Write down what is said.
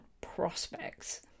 prospects